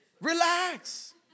Relax